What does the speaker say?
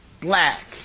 Black